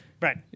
Right